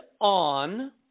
on